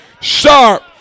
Sharp